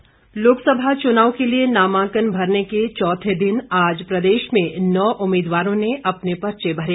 नामांकन लोकसभा चुनाव के लिए नामांकन भरने के चौथे दिन आज प्रदेश में नौ उम्मीदवारों ने अपने पर्चे भरे